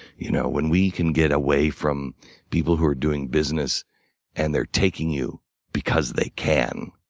you know when we can get away from people who are doing business and they're taking you because they can.